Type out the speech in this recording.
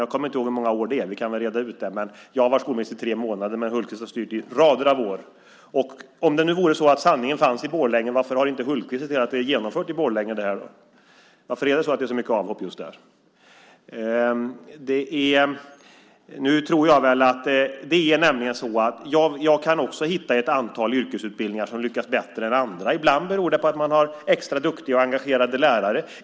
Jag kommer inte ihåg hur många år det är - vi kan väl reda ut det. Jag har varit skolminister i tre månader, men Hultqvist har styrt i rader av år. Om det nu vore så att sanningen fanns i Borlänge, varför har inte Hultqvist sett till att det här är genomfört i Borlänge? Varför är det så många avhopp just där? Jag kan också hitta ett antal yrkesutbildningar som lyckas bättre än andra. Ibland beror det på att man har extra duktiga och engagerade lärare.